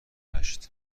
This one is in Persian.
هشت